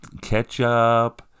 ketchup